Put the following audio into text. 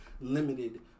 limited